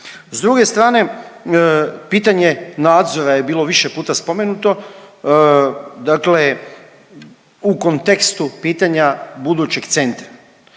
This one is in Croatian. S druge strane pitanje nadzora je bilo više puta spomenuto, dakle u kontekstu pitanja budućeg centra.